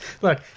Look